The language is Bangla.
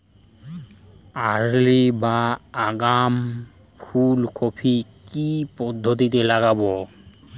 আর্লি বা আগাম ফুল কপি কি পদ্ধতিতে লাগাবো?